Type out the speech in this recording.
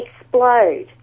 explode